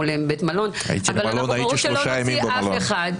לבית מלון --- הייתי שלושה ימים במלון.